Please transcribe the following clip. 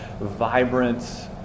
vibrant